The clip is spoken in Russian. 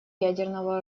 ядерного